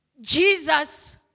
Jesus